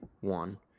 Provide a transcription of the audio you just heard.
one